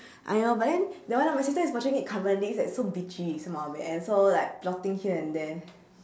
!aiyo! but then that one my sister is watching it currently it's like so bitchy some of it and also like plotting here and there